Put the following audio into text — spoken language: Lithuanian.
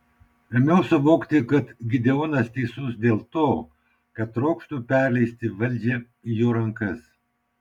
ėmiau suvokti kad gideonas teisus dėl to jog trokštu perleisti valdžią į jo rankas